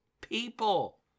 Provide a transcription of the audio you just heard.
people